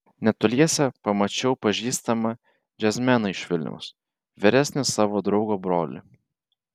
netoliese pamačiau pažįstamą džiazmeną iš vilniaus vyresnį savo draugo brolį